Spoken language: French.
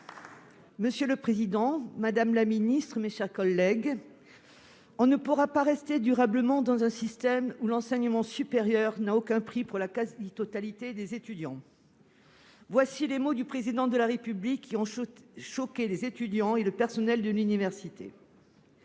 et Territoires. Madame la ministre, « on ne pourra pas rester durablement dans un système où l'enseignement supérieur n'a aucun prix pour la quasi-totalité des étudiants ». Ces propos du Président de la République ont choqué les étudiants et le personnel de l'université.